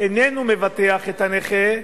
איננו מבטח את הנכה,